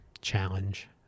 challenge